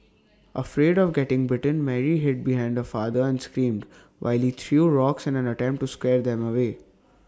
afraid of getting bitten Mary hid behind the father and screamed while he threw rocks in an attempt to scare them away